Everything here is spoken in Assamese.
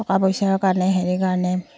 টকা পইচাৰ কাৰণে হেৰি কাৰণে